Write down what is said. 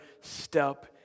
step